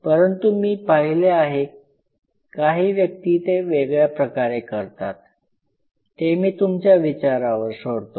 परंतु मी पाहिले आहे काही व्यक्ती ते वेगळ्या प्रकारे करतात ते मी तुमच्या विचारावर सोडतो